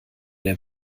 der